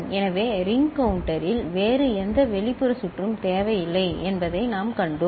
எனவே ரிங் கவுண்டரில் வேறு எந்த வெளிப்புற சுற்றும் தேவையில்லை என்பதை நாம் கண்டோம்